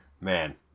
man